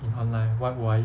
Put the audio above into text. in online why would I